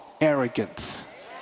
arrogance